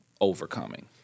overcoming